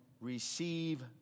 receive